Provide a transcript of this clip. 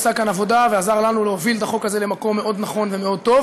עשה כאן עבודה ועזר לנו להוביל את החוק הזה למקום מאוד נכון ומאוד טוב,